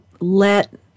let